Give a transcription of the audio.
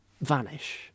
vanish